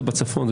זה בצפון,